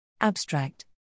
ABSTRACT